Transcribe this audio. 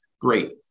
Great